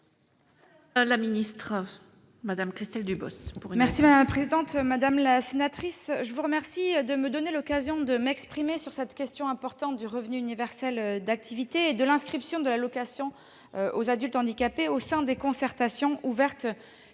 dans le RUA ? La parole est à Mme la secrétaire d'État. Madame la sénatrice, je vous remercie de me donner l'occasion de m'exprimer sur cette question importante du revenu universel d'activité et de l'inscription de l'allocation aux adultes handicapés au sein des concertations ouvertes